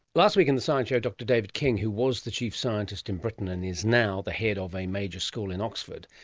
last week in the science show dr david king, who was the chief scientist in britain and is now the head of a major school in oxford,